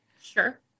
Sure